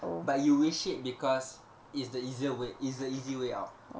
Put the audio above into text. but you wish it because it's the easier way it's the easy way out